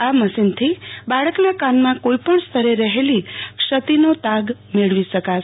આ મશીનથી બાળકના કાનમાં કોઈપણ સ્તરે રહેલી ક્ષતિનો તાગ મળવી શકાશે